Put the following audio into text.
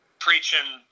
preaching